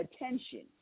attention